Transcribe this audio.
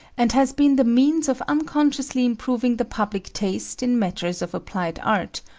and has been the means of unconsciously improving the public taste, in matters of applied art,